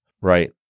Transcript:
Right